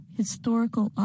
historical